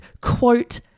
quote